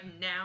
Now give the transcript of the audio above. now